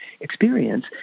experience